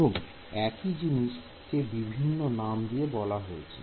এবং একই জিনিস কে বিভিন্ন নাম দিয়ে বলা হচ্ছে